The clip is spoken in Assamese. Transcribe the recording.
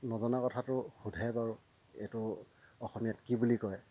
নজনা কথাটো সোধে বাৰু এইটো অসমীয়াত কি বুলি কয়